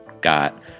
got